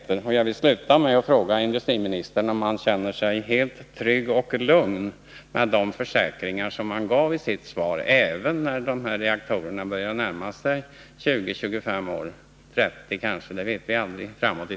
Om ökad säkerhet Jag vill sluta med att fråga energiministern om han känner sig helt trygg och — vid äldre kärn lugn med de försäkringar som han gav i sitt svar, även när reaktorerna börjar kraftverk bli 20, 25 och kanske 30 år gamla.